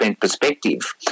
perspective